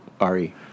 R-E